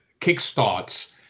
kickstarts